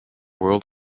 world